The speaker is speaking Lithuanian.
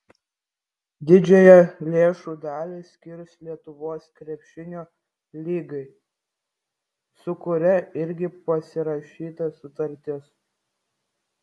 didžiąją lėšų dalį skirs lietuvos krepšinio lygai su kuria irgi pasirašyta sutartis